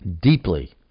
deeply